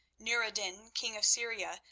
nour-ed-din, king of syria,